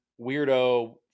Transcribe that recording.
weirdo